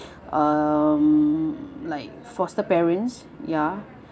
um like foster parents ya